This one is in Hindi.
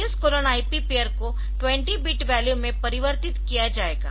CS IP पेयर को 20 बिट वैल्यू में परिवर्तित किया जाएगा